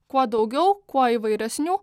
kuo daugiau kuo įvairesnių